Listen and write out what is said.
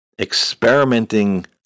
experimenting